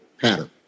pattern